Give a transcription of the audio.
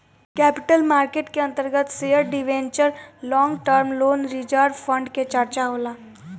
capital market के अंतर्गत share debenture long term loan reserve fund के चर्चा होला